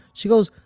she goes,